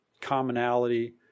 commonality